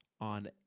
on